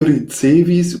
ricevis